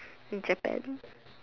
Japan